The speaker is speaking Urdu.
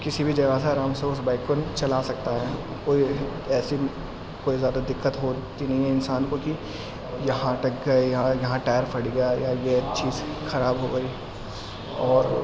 کسی بھی جگہ سے آرام سے اس بائک کو چلا سکتا ہے کوئی ایسی کوئی زیادہ دقت ہوتی نہیں ہے انسان کو کہ یہاں اٹک گئے یا یہاں ٹائر پھٹ گیا یا یہ چیز خراب ہو گئی اور